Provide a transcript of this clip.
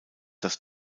das